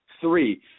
Three